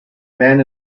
man